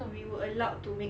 we were allowed to make